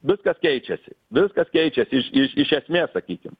viskas keičiasi viskas keičiasi iš iš iš esmės sakykim